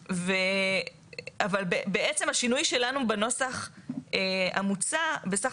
אבל בעצם השינוי שלנו בנוסח המוצע בסך